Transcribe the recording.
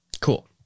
Cool